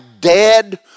dead